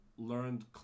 learned